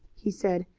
he said.